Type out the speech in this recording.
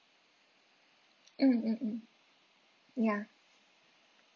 mm mm mm ya